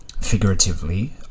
figuratively